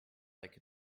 like